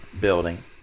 building